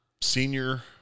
senior